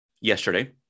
yesterday